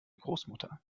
großmutter